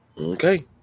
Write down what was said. Okay